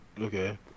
okay